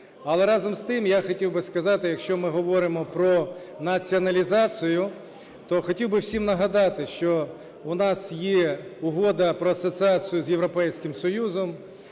Але, разом з тим, я хотів би сказати, якщо ми говоримо про націоналізацію, то хотів би всім нагадати, що у нас є Угода про асоціацію з Європейським Союзом,